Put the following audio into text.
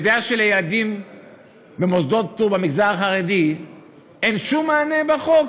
אתה יודע שלילדים במוסדות פטור במגזר החרדי אין שום מענה בחוק?